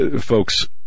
folks